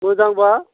मोजां बा